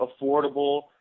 affordable